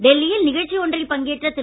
டெல்லியில் நிகழ்ச்சி ஒன்றில் பங்கேற்ற திரு